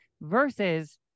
versus